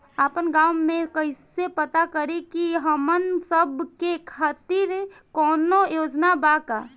आपन गाँव म कइसे पता करि की हमन सब के खातिर कौनो योजना बा का?